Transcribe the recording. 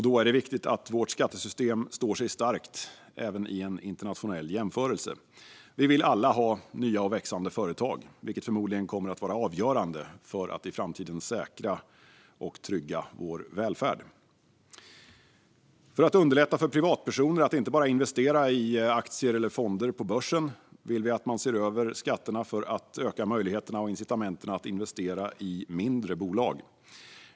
Då är det viktigt att vårt skattesystem står sig starkt, även vid en internationell jämförelse. Vi vill alla ha nya och växande företag, vilket förmodligen kommer att vara avgörande för att i framtiden säkra och trygga vår välfärd. För att underlätta för privatpersoner att inte bara investera i aktier eller fonder på börsen vill vi att man ser över skatterna för att öka möjligheterna och incitamenten att investera i mindre bolag.